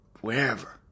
wherever